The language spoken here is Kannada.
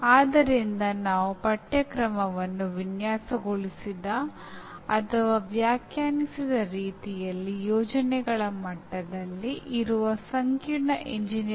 ಇಲ್ಲಿಯೇ ಸಂಧಾನದ ಅರ್ಥಗಳು ನೆಲೆಗೊಂಡಿರುವ ಅರಿವು ಚಟುವಟಿಕೆ ಸಿದ್ಧಾಂತ ಇತ್ಯಾದಿಗಳು ಪ್ರಸ್ತುತವಾಗಲು ಪ್ರಾರಂಭಿಸುತ್ತವೆ